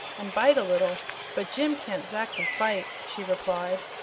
and bite a little but jim can't zactly fight, she replied.